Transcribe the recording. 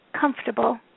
comfortable